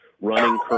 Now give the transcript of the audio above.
running